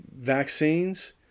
vaccines